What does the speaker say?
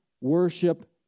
worship